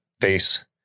face